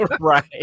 right